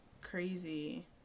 crazy